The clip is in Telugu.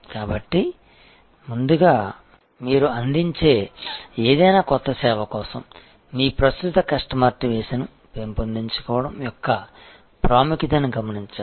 కాబట్టి ముందుగా మీరు అందించే ఏదైనా కొత్త సేవ కోసం మీ ప్రస్తుత కస్టమర్ బేస్ను పెంపొందించుకోవడం యొక్క ప్రాముఖ్యతను గమనించండి